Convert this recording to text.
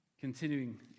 Continuing